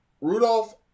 Rudolph